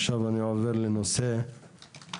עכשיו אני עובר לנושא אחר,